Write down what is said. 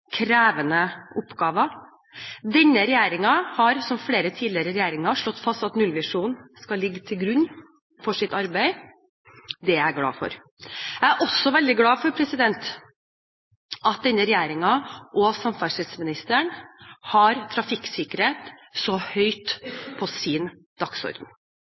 krevende oppgaver. Denne regjeringen har som flere tidligere regjeringer slått fast at nullvisjonen skal ligge til grunn for deres arbeid. Det er jeg glad for. Jeg er også veldig glad for at denne regjeringen og samferdselsministeren har trafikksikkerhet så høyt på sin dagsorden.